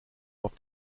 auf